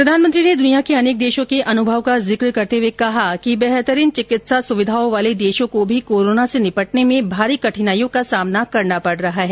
प्रधानमंत्री ने दूनिया के अनेक देशों के अनुभव का जिक्र करते हुए कहा कि बेहतरीन चिकित्सा सुविधाओं वाले देशों को भी कोरोना से निपटने में भारी कठिनाईयों का सामना करना पड़ रहा है